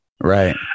Right